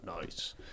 nice